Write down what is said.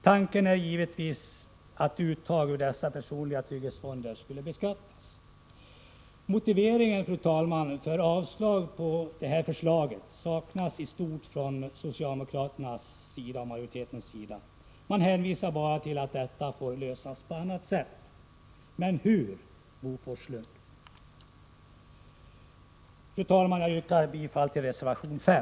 Tanken är givetvis att uttag ur dessa personliga trygghetsfonder skulle beskattas. Motivering för avslag på det här förslaget saknas i stort från utskottsmajoritetens sida. Man hänvisar bara till att detta får lösas på annat sätt. Men hur, Bo Forslund? Fru talman! Jag yrkar bifall till reservation 5.